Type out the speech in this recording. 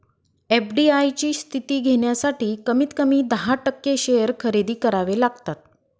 FDI ची स्थिती घेण्यासाठी कमीत कमी दहा टक्के शेअर खरेदी करावे लागतात